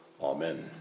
Amen